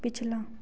पिछला